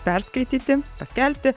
perskaityti paskelbti